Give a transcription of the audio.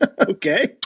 Okay